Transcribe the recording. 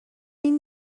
این